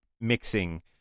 mixing